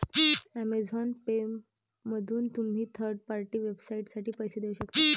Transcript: Amazon पेमधून तुम्ही third party वेबसाइटसाठी पैसे देऊ शकता